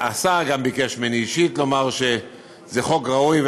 השר גם ביקש ממני אישית לומר שזה חוק ראוי,